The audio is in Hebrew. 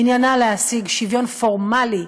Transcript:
שעניינה להשיג שוויון פורמלי להומואים,